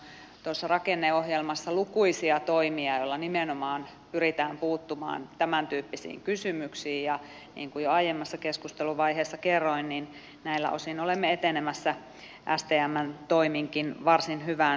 meillähän on tuossa rakenneohjelmassa lukuisia toimia joilla nimenomaan pyritään puuttumaan tämäntyyppisiin kysymyksiin ja niin kuin jo aiemmassa keskusteluvaiheessa kerroin näillä osin olemme etenemässä stmn toiminkin varsin hyvään suuntaan